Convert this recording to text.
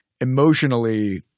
emotionally